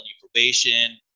probation